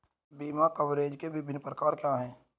बीमा कवरेज के विभिन्न प्रकार क्या हैं?